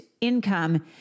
income